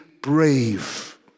brave